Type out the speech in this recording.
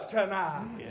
tonight